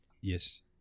Yes